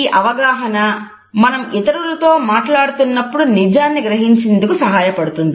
ఈ అవగాహన మనం ఇతరులతో మాట్లాడుతున్నప్పుడు నిజాన్ని గ్రహించేందుకు సహాయపడుతుంది